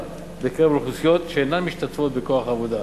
בקרב אוכלוסיות שאינן משתתפות בכוח העבודה.